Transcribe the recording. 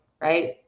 right